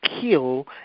kill